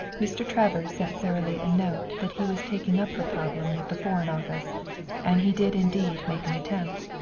mr. travers sent sara lee a note that he was taking up her problem with the foreign office and he did indeed make an attempt.